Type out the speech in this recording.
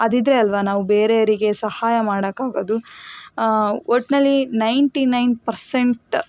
ಅದಿದ್ದರೆ ಅಲ್ವ ನಾವು ಬೇರೇವ್ರಿಗೆ ಸಹಾಯ ಮಾಡೋಕ್ಕಾಗೋದು ಒಟ್ಟಿನಲ್ಲಿ ನೈಂಟಿ ನೈನ್ ಪರ್ಸಂಟ್